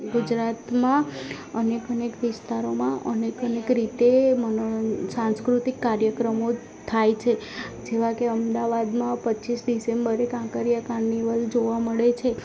ગુજરાતમાં અનેક અનેક વિસ્તારોમાં અનેક અનેક રીતે સાંસ્કૃતિક કાર્યક્રમો થાય છે જેવા કે અમદાવાદમાં પચ્ચીસ ડિસેમ્બરે કાંકરિયા કાર્નિવલ જોવા મળે છે